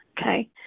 okay